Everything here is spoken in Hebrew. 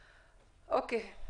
אוקיי.